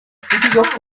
típicos